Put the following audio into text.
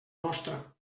mostra